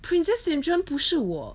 princess syndrome 不是我